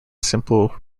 simple